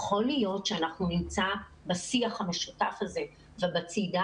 יכול להיות שאנחנו נמצא בשיח המשותף הזה ובצעידה